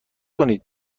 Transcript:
کنید